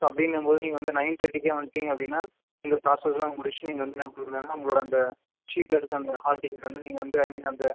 so அப்படிங்கும்போது நீங்கள் வந்து நைன் தேர்ட்டிக்கே வந்துட்டீங்க அப்படின்னா இந்த ப்ராசஸ்லாம் முடிச்சிவிட்டு நீங்கள் வந்து என்ன பண்ணுன்னா உங்களோட அந்த ஷீட்டில இருக்க அந்த ஹால் டிக்கெட்டை வந்து நீங்கள் வந்து ஐ மீன் அந்த